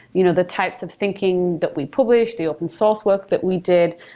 you know the types of thinking that we publish, the open-source work that we did.